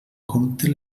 compte